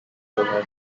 cohen